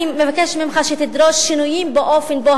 אני מבקשת ממך שתדרוש שינויים באופן שבו